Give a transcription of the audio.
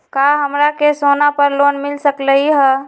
का हमरा के सोना पर लोन मिल सकलई ह?